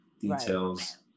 details